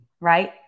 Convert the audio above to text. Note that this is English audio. right